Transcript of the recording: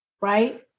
Right